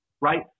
right